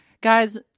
Guys